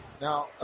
Now